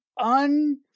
un